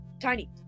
Tiny